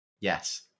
Yes